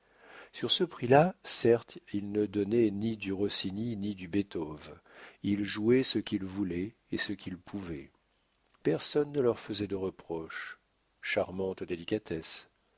sur ce prix-là certes ils ne donnaient ni du rossini ni du beethoven ils jouaient ce qu'ils voulaient et ce qu'ils pouvaient personne ne leur faisait de reproches charmante délicatesse